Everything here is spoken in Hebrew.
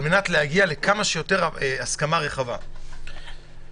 על מנת להגיע להסכמה רחבה כמה שיותר.